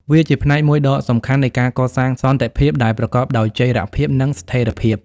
វាជាផ្នែកមួយដ៏សំខាន់នៃការកសាងសន្តិភាពដែលប្រកបដោយចីរភាព និងស្ថិរភាព។